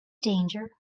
danger